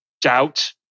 doubt